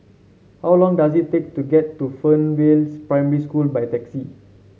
how long does it take to get to Fernvale Primary School by taxi